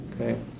okay